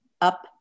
up